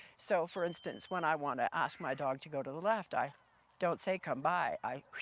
so, for instance, when i wanna ask my dog to go to the left, i don't say come by, i